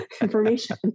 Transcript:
information